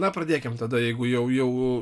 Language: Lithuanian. na pradėkim tada jeigu jau jau